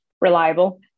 reliable